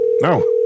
no